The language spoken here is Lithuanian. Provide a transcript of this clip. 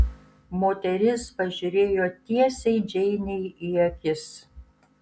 moteris pažiūrėjo tiesiai džeinei į akis